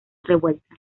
revuelta